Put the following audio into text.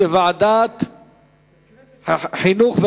לוועדת החינוך,